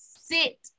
sit